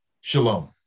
shalom